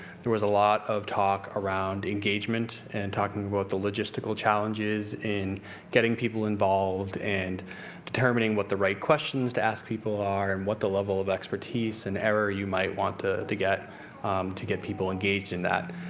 there was a lot of talk around engagement, and talking about the logistical challenges in getting people involved, and determining what the right questions to ask people are, and what the level of expertise and error you might want to to get to get people engaged in that.